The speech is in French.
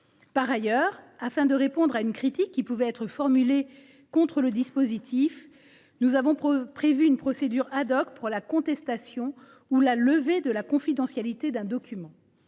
Par ailleurs, afin de répondre à une critique qui a été formulée contre le dispositif, nous avons prévu une procédure pour la contestation ou la levée de la confidentialité d’un document.